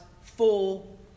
full